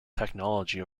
technology